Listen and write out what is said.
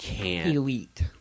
elite